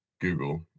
Google